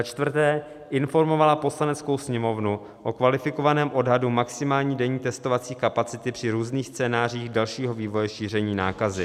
4. informovala Poslaneckou sněmovnu o kvalifikovaném odhadu maximální denní testovací kapacity při různých scénářích dalšího vývoje šíření nákazy;